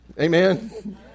amen